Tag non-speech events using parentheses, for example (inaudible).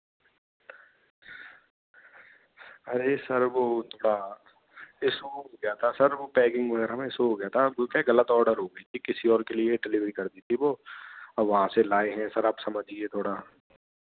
अरे सर वह उसका इशू हो गया था सर वह पैकिंग वगैरह में इशू हो गया था (unintelligible) गलत ऑर्डर हो गई किसी और के लिए डिलिवरी कर दी थी वह और वहाँ से लाए हैं सर आप समझिए थोड़ा